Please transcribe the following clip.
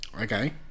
Okay